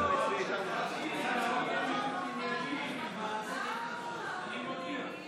בעתיד ניגוד עניינים, אני מודיע.